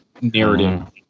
narrative